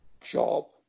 job